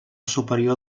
superior